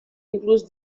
includes